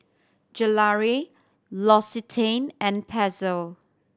Gelare L'Occitane and Pezzo